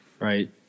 Right